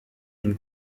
une